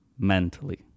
mentally